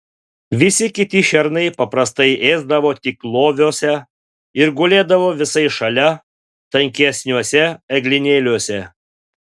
visi kiti šernai paprastai ėsdavo tik loviuose ir gulėdavo visai šalia tankesniuose eglynėliuose